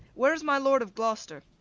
where is my lord of gloster?